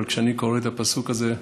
אבל כשאני קורא את הפסוק הזה,